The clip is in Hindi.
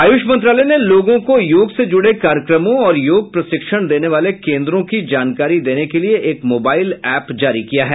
आयुष मंत्रालय ने लोगों को योग से जुड़े कार्यक्रमों और योग प्रशिक्षण देने वाले केंद्रों की जानकारी देने के लिये एक मोबाइल ऐप जारी किया है